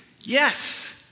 Yes